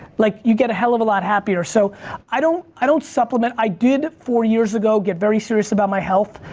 like you get a hell of a lot happier. so i don't i don't supplement, i did four years ago get very serious about my health.